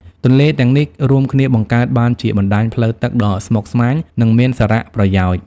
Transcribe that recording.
ទន្លេទាំងនេះរួមគ្នាបង្កើតបានជាបណ្តាញផ្លូវទឹកដ៏ស្មុគស្មាញ និងមានសារៈប្រយោជន៍។